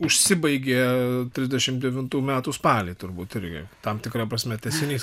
užsibaigė trisdešimt devintų metų spalį turbūt irgi tam tikra prasme tęsinys